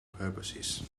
purposes